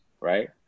right